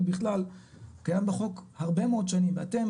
תיאגוד קיים בחוק הרבה מאוד שנים ואתם